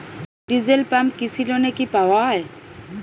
Diesel pump কৃষি লোনে কি পাওয়া য়ায়?